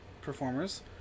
performers